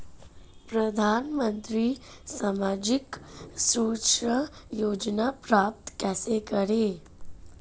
प्रधानमंत्री सामाजिक सुरक्षा योजना प्राप्त कैसे करें?